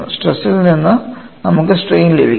സ്ട്രെസ്ൽ നിന്ന് നമുക്ക് സ്ട്രെയിൻ ലഭിക്കും